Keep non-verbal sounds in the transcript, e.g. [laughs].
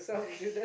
[laughs]